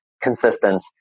consistent